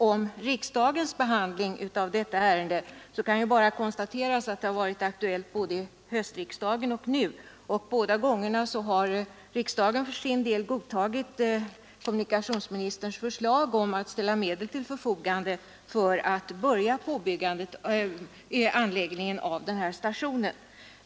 Om riksdagens behandling av detta ärende kan ju först bara konstateras att ärendet har varit aktuellt både under höstriksdagen och nu i vår, och båda gångerna har riksdagen för sin del godtagit kommunikationsministerns förslag att medel skall ställas till förfogande för att man skall kunna påbörja anläggningen av den här stationen.